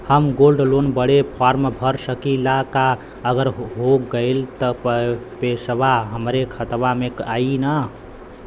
हम gold loan बड़े form भर सकी ला का अगर हो गैल त पेसवा हमरे खतवा में आई ना?